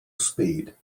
speed